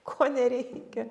ko nereikia